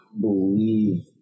believe